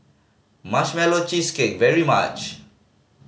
Marshmallow Cheesecake very much